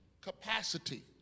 capacity